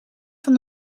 van